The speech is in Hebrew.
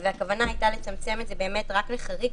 והכוונה הייתה לצמצם את זה באמת רק לחריג,